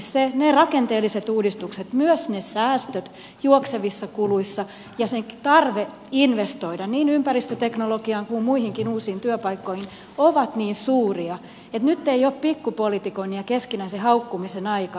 todennäköisesti rakenteelliset uudistukset myös säästöt juoksevissa kuluissa ja tarve investoida niin ympäristöteknologiaan kuin muihinkin uusiin työpaikkoihin ovat niin suuria että nyt ei ole pikkupolitikoinnin ja keskinäisen haukkumisen aika